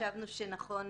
...וחשבנו שנכון